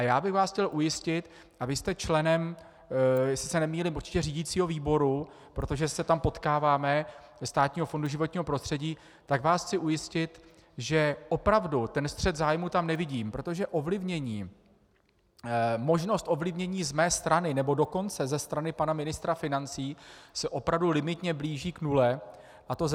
Já bych vás chtěl ujistit a vy jste členem, jestli se nemýlím, určitě řídicího výboru, protože se tam potkáváme, Státního fondu životního prostředí tak vás chci ujistit, že opravdu ten střet zájmů tam nevidím, protože ovlivnění možnost ovlivnění z mé strany, nebo dokonce ze strany pana ministra financí se opravdu limitně blíží k nule, a to zespoda.